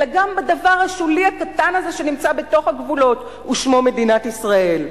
אלא גם בדבר השולי הקטן הזה שנמצא בתוך הגבולות ושמו מדינת ישראל.